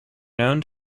known